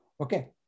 Okay